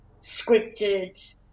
scripted